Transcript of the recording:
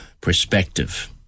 perspective